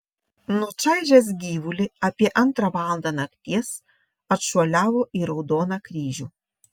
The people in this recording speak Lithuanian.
nučaižęs gyvulį apie antrą valandą nakties atšuoliavo į raudoną kryžių